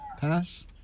Pass